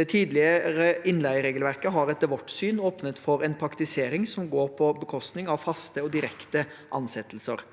Det tidligere innleieregelverket har etter vårt syn åpnet for en praktisering som går på bekostning av faste og direkte ansettelser.